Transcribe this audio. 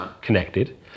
connected